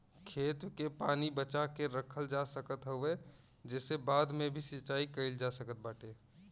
खेत के पानी बचा के रखल जा सकत हवे जेसे बाद में भी सिंचाई कईल जा सकत बाटे